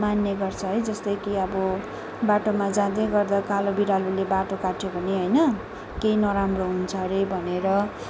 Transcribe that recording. मान्ने गर्छ है जस्तै कि अब बाटोमा जाँदै गर्दा कालो बिरालोले बाटो काट्यो भने होइन केही नराम्रो हुन्छ अरे भनेर